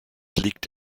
liegt